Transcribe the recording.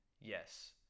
Yes